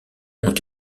ont